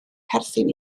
perthyn